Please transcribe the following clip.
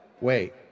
Wait